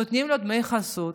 נותנים לו דמי חסות,